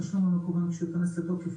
התשלום המקוון כשהוא ייכנס לתוקף,